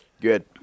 Good